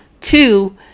Two